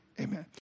amen